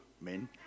Men